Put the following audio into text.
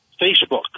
Facebook